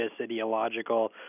ideological